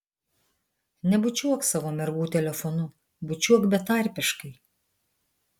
nebučiuok savo mergų telefonu bučiuok betarpiškai